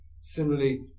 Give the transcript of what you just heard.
Similarly